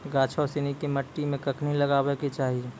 गाछो सिनी के मट्टी मे कखनी लगाबै के चाहि?